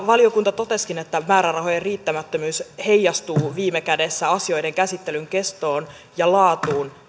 valiokunta totesikin että määrärahojen riittämättömyys heijastuu viime kädessä asioiden käsittelyn kestoon ja laatuun